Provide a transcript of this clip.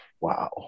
Wow